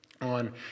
on